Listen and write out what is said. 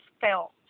felt